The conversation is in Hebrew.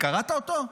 קראת אותו?